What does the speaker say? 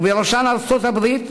ובראשו ארצות-הברית,